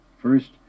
First